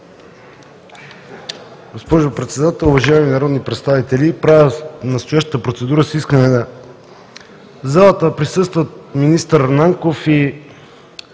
Госпожо Председател, уважаеми народни представители, правя настоящата процедура с искане в залата да присъстват заместник-министър Нанков и